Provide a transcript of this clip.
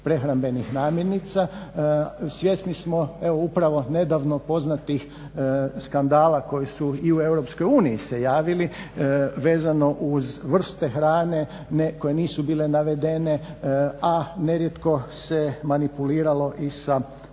prehrambenih namirnica. Svjesni smo evo upravo nedavno poznatih skandala koji su i u Europskoj uniji se javili vezano uz vrste hrane koje nisu bile navedene a ne rijetko se manipuliralo i sa mjestom